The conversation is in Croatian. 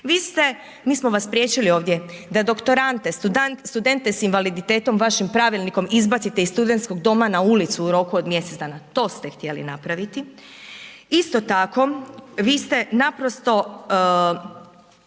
Vi ste, mi smo vas spriječili ovdje da doktorante, studente s invaliditetom vašim pravilnikom izbacite iz studentskog doma na ulicu u roku mjesec dana, to ste htjeli napraviti. Isto tako, vi ste naprosto